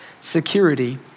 security